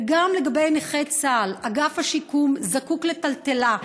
וגם לגבי נכי צה"ל אגף השיקום זקוק לטלטלה.